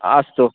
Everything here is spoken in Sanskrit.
अस्तु